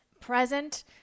present